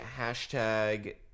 hashtag